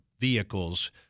vehicles